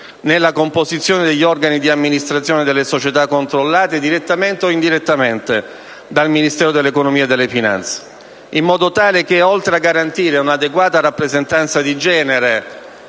per la composizione degli organi di amministrazione delle società controllate direttamente o indirettamente dal Ministero dell'economia e delle finanze, in modo tale che oltre a garantire un'adeguata rappresentanza di genere